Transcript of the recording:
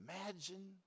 imagine